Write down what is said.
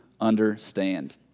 understand